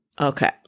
Okay